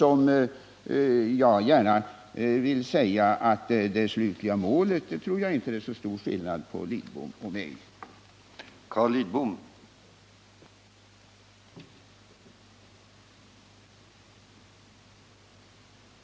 Och jag vill gärna säga att när det gäller det slutliga målet tror jag inte att det är så stor skillnad i uppfattning mellan Carl Lidbom och mig.